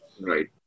Right